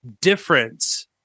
difference